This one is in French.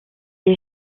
est